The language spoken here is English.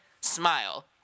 smile